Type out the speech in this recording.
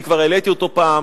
שאני כבר העליתי אותו פעם,